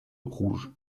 rouge